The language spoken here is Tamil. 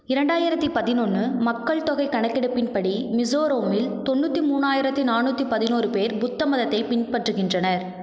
இரண்டாயிரத்தி பதினொன்று மக்கள் தொகை கணக்கெடுப்பின்படி மிசோரமில் தொண்ணூற்றி மூணாயிரத்து நானூற்றி பதினொரு பேர் புத்த மதத்தை பின்பற்றுகின்றனர்